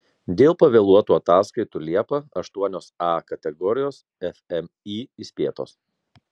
dėl pavėluotų ataskaitų liepą aštuonios a kategorijos fmį įspėtos